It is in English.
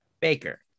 Baker